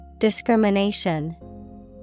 Discrimination